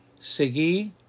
seguí